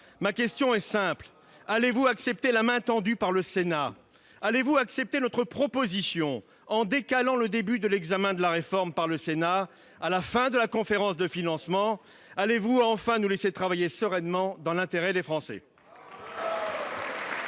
Ma question est simple : allez-vous accepter la main tendue par le Sénat ? Allez-vous accepter notre proposition, en décalant le début de l'examen de la réforme par le Sénat à la fin de la conférence de financement ? Allez-vous, enfin, nous laisser travailler sereinement dans l'intérêt des Français ?